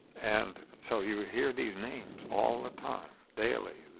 and so you would hear these names all the time, daily.